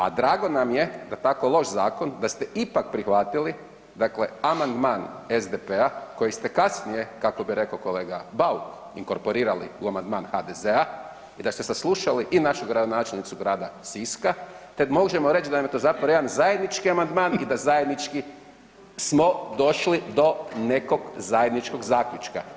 A drago nam je da tako loš zakon, da ste ipak prihvatili dakle amandman SDP-a koji ste kasnije, kako bi rekao kolega Bauk, inkorporirali u amandman HDZ-a i da ste saslušali i našu gradonačelnicu grada Siska te možemo reći da nam je to zapravo jedan zajednički amandman i da zajednički smo došli do nekog zajedničkog zaključka.